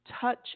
touch